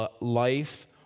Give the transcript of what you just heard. life